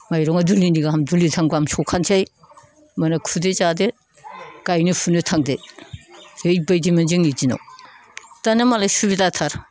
माइरङा दुलिनै गाहाम दुलिथाम गाहाम सौखानोसै माने खुदो जादो गायनो फुनो थांदो ओरैबायदिमोन जोंनि दिनाव दानिया मालाय सुबिदाथार